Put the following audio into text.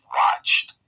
watched